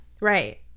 Right